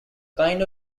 kind